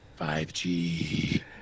5G